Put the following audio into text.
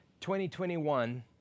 2021